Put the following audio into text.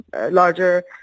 larger